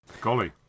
Golly